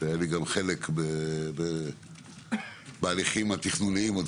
שהיה לי גם חלק בהליכים התכנוניים עוד